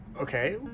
okay